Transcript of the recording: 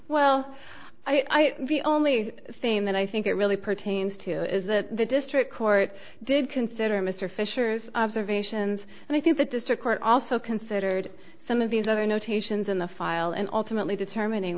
well i the only thing that i think it really pertains to is that the district court did consider mr fisher's observations and i think the district court also considered some of these other notations in the file and ultimately determining